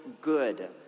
good